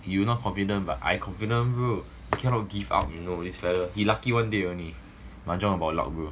you not convenient but I convenient bro cannot give out you know his fella he lucky one day only mahjong about luck bro